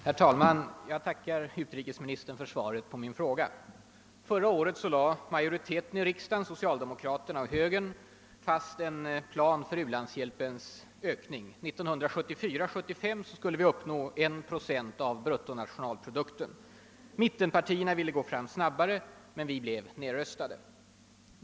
Herr talman! Jag tackar utrikesministern för svaret på min fråga. Förra året lade majoriteten i riksdagen, socialdemokraterna och högern, fast en plan för u-landshjälpens ökning. År 1974/75 skulle vi uppnå 1 procent av bruttonationalprodukten. Mittenpartierna ville gå fram snabbare, men vi blev nedröstade.